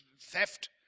theft